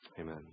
Amen